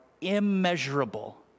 immeasurable